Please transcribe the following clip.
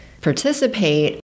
participate